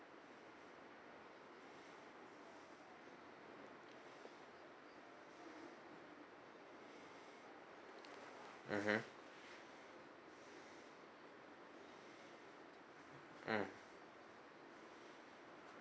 mm hmm mm